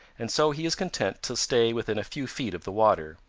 and so he is content to stay within a few feet of the water.